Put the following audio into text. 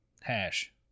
hash